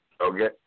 Okay